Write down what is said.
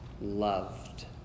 loved